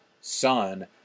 son